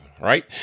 right